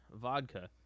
vodka